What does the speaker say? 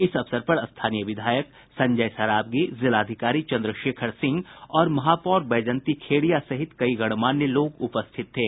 इस अवसर पर स्थानीय विधायक संजय सरावगी जिलाधिकारी चंद्रशेखर सिंह और महापौर बैजंती खेड़िया सहित कई गणमान्य लोग उपस्थित थे